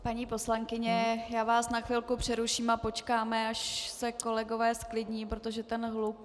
Paní poslankyně, já vás na chvilku přeruším a počkáme až se kolegové zklidní, protože ten hluk...